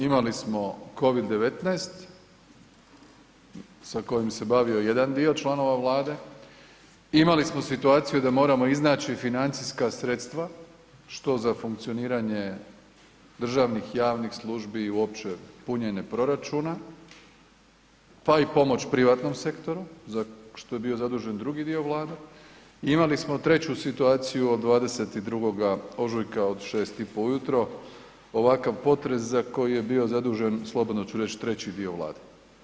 Imali smo Covid-19 sa kojim se bavio jedan dio članova Vlade, imali smo situaciju da moramo iznaći financijska sredstva što za funkcioniranje državnih javnih službi i uopće punjenje proračuna, pa i pomoć privatnom sektoru, za što je bio zadužen drugi dio Vlade i imali smo 3. situaciju od 22. ožujka od 6 i po ujutro, ovakav potres za koji je bio zadužen, slobodno ću reći, 3. dio Vlade.